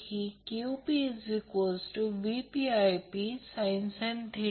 हे संख्यात्मक दृष्टिकोनातून लक्षात ठेवले पाहिजे